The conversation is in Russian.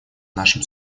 нашем